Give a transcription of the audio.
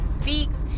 Speaks